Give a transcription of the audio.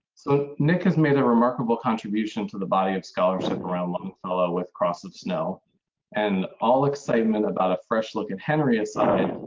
so nick has made a remarkable contribution to the body of scholarship around longfellow with cross of snow and all excitement about a fresh look at henry aside,